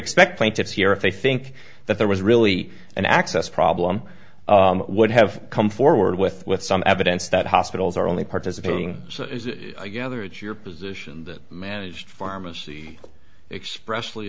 expect plaintiffs here if they think that there was really an access problem would have come forward with with some evidence that hospitals are only participating i gather it's your position that managed pharmacy express